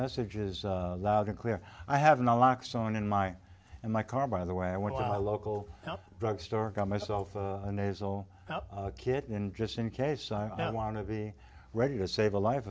message is loud and clear i have no locks on in my in my car by the way i went to a local drugstore come myself a nasal kit in just in case i want to be ready to save a life